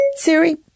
Siri